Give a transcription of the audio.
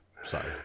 sorry